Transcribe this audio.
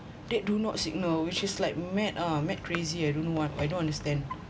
that do not signal which is like mad uh mad crazy I don't want I don't understand